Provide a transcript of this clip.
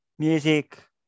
Music